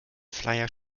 flyer